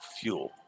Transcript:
fuel